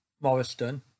Morriston